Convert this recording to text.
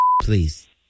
please